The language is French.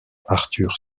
artur